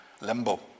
limbo